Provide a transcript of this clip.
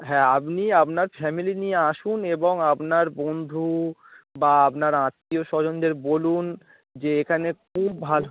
হ্যাঁ আপনি আপনার ফ্যামিলি নিয়ে আসুন এবং আপনার বন্ধু বা আপনার আত্মীয়স্বজনদের বলুন যে এখানে খুব ভালো